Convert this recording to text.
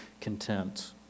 content